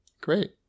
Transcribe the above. great